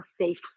safe